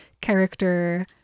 character